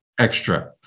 Extra